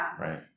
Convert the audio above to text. right